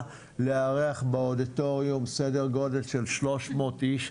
לארח באודיטוריום סדר גודל של 300 איש,